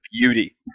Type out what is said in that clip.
beauty